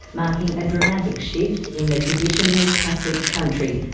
marking a dramatic shift in the traditionally catholic country.